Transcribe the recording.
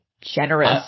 Generous